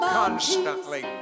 constantly